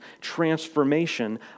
transformation